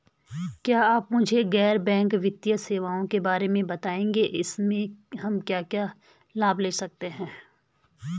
क्या आप मुझे गैर बैंक वित्तीय सेवाओं के बारे में बताएँगे इसमें हम क्या क्या लाभ ले सकते हैं?